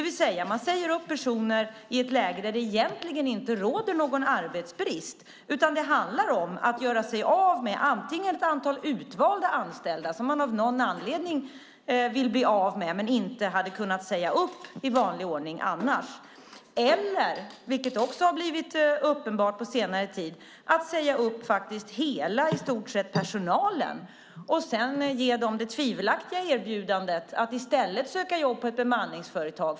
Man säger alltså upp personer i ett läge där det egentligen inte råder någon arbetsbrist. I stället handlar det om att göra sig av med ett antal utvalda anställda som man av någon anledning vill bli av med men annars inte hade kunnat säga upp i vanlig ordning. Eller också, vilket har blivit uppenbart på senare tid, säger man upp i stort sett hela personalen och ger dem i stället det tvivelaktiga erbjudandet att söka jobb på ett bemanningsföretag.